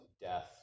death